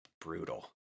brutal